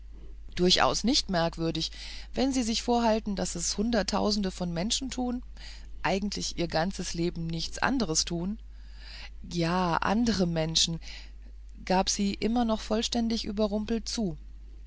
durchaus nicht merkwürdig wenn sie sich vorhalten daß es hunderttausende von menschen tun eigentlich ihr ganzes leben nichts anderes tun ja andere menschen gab sie immer noch vollständig überrumpelt zu